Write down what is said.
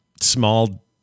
small